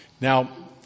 Now